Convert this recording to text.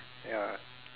ya